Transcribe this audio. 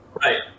Right